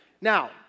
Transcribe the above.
Now